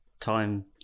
time